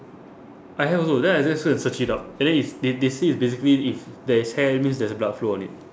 I have also then I just go and search it up and then it's they they say it's basically if there is hair means there's a blood flow on it